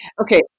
Okay